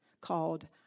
called